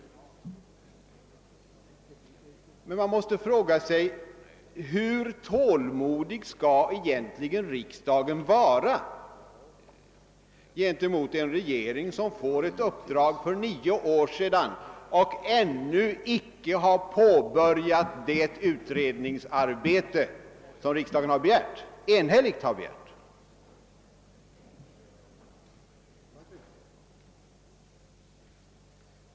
Men man måste fråga sig hur tålmodig riksdagen egentligen skall vara gentemot en regering som fick ett upp drag för nio år sedan och ännu inte påbörjat det utredningsarbete riksdagen enhälligt har begärt.